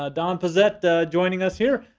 ah don pezet joining us here.